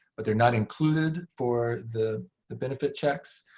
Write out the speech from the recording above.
but they're not included for the the benefit checks.